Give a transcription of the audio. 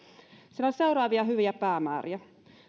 on seuraavia hyviä päämääriä